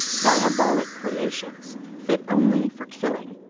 diabolic creations, fit only for killing,